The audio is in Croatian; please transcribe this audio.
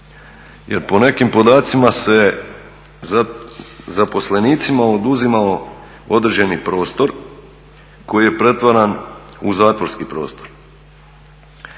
jer po nekim podacima se zaposlenicima oduzimao određeni prostor koji je pretvaran u zatvorski prostor.